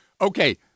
Okay